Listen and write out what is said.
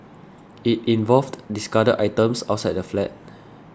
it involved discarded items outside the flat